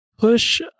push